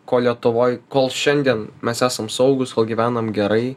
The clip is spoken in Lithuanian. ko lietuvoje kol šiandien mes esam saugūs kol gyvename gerai